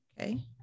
Okay